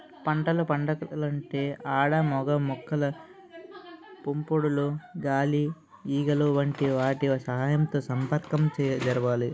పంటలు పండాలంటే ఆడ మగ మొక్కల పుప్పొడులు గాలి ఈగలు వంటి వాటి సహాయంతో సంపర్కం జరగాలి